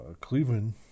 Cleveland